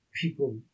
people